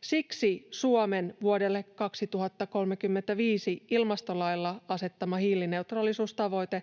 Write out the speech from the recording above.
Siksi Suomen vuodelle 2035 ilmastolailla asettama hiilineutraalisuustavoite on